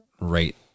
right